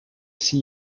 see